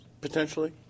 potentially